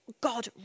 God